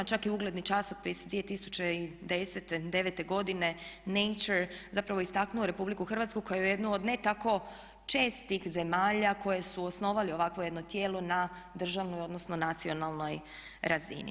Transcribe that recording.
Čak i ugledni časopis 2009. godine Nature je zapravo istaknuo RH kao jednu od ne tako čestih zemalja koje su osnovali ovakvo jedno tijelo na državnoj odnosno nacionalnoj razini.